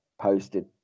posted